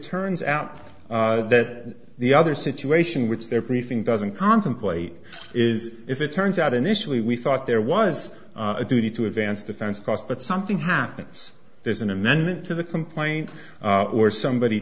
turns out that the other situation which they're preaching doesn't contemplate is if it turns out initially we thought there was a duty to advance defense cost but something happens there's an amendment to the complaint or somebody